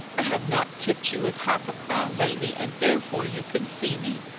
i have not tipped you with half-a-crown lately, and therefore you can see me!